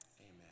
Amen